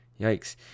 Yikes